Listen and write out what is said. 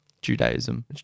Judaism